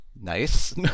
Nice